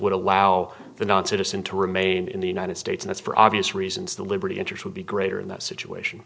would allow the non citizen to remain in the united states for obvious reasons the liberty interest would be greater in that situation